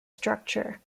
structure